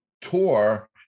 tour